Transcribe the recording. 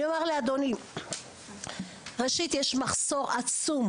אני אומר לאדוני, ראשית, יש מחסור עצום